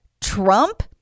Trump